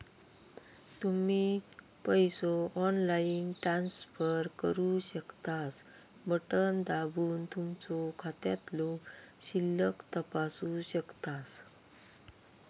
तुम्ही पसो online transfer करू शकतास, बटण दाबून तुमचो खात्यातलो शिल्लक तपासू शकतास